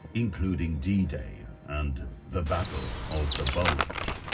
including d day and the battle of the bulge.